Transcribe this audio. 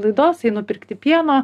laidos einu pirkti pieno